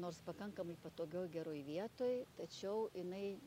nors pakankamai patogioj geroj vietoj tačiau jinai